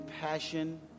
passion